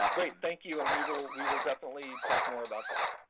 thank you. and we will we will definitely talk more about that.